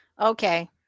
Okay